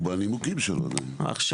הוא בנימוקים שלו עכשיו.